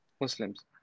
Muslims